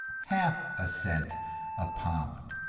half a cent a pound.